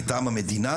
מטעם המדינה,